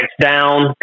down